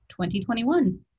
2021